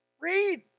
read